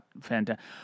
fantastic